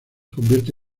convierte